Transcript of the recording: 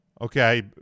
Okay